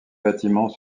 bâtiments